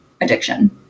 addiction